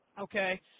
Okay